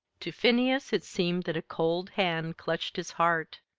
to phineas it seemed that a cold hand clutched his heart.